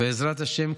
בעזרת השם,